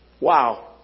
Wow